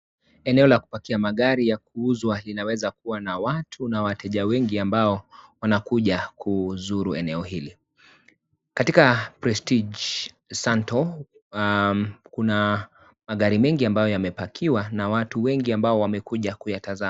Eneo la kupakia magari ya kuuzwa linaweza kuwa na watu na wateja wengi ambao wanakuja kuzuru eneo hili. Katika Prestige Santo kuna magari mengi ambayo yamepakiwa na watu wengi ambao wamekuja kuyatazama.